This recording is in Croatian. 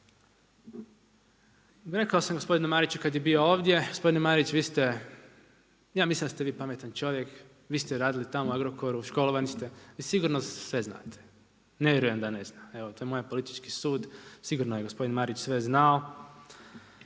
Rekao sam gospodinu Mariću kad je bio ovdje, gospodine Marić vi ste, ja mislim da ste vi pametan čovjek, vi ste radili tamo u Agrokoru, školovani ste i sigurno sve znate. Ne vjerujem da ne zna, evo to je moj politički sud, sigurno je gospodin Marić sve znao.